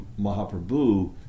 Mahaprabhu